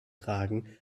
tragen